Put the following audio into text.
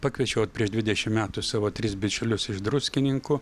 pakviečiau vat prieš dvidešim metų savo tris bičiulius iš druskininkų